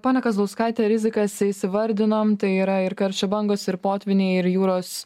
ponia kazlauskaite rizikas įsivardinom tai yra ir karščio bangos ir potvyniai ir jūros